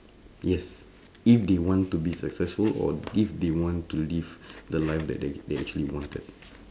yes if they want to be successful or if they want to live the life that they they actually wanted